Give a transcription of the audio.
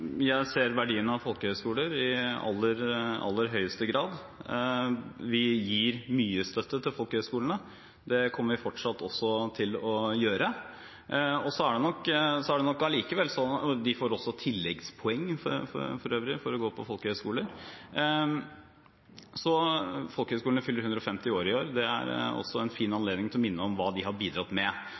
Jeg ser verdien av folkehøyskoler i aller høyeste grad. Vi gir mye støtte til folkehøyskolene, og det kommer vi fortsatt til å gjøre. Man får for øvrig også tilleggspoeng for å gå på folkehøyskole. Folkehøyskolene fyller 150 år i år, og det er også en fin anledning til å minne om hva de har bidratt med.